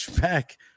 back